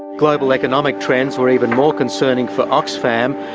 global economic trends were even more concerning for oxfam.